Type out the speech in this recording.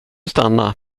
stanna